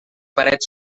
parets